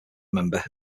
member